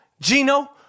Gino